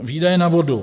Výdaje na vodu.